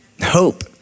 Hope